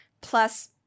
plus